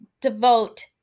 devote